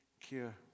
cure